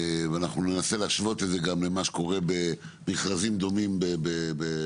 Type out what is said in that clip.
ואנחנו ננסה להשוות את זה גם למה שקורה במכרזים גדולים בחו"ל,